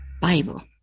Bible